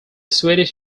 swedish